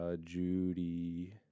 Judy